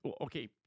okay